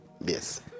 Yes